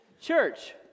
church